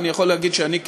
ואני יכול להגיד שאני,